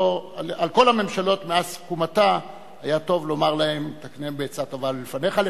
על כל הממשלות מאז תקומתה היה טוב לומר להן: תקנן בעצה טובה מלפניך.